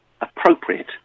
appropriate